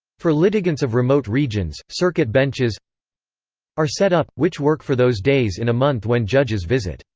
for litigants of remote regions, circuit benches are set up, which work for those days in a month when judges visit.